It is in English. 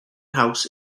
house